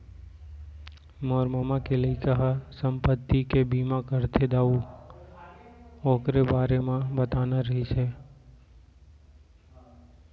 मोर ममा के लइका ह संपत्ति के बीमा करथे दाऊ,, ओकरे बारे म बताना रहिस हे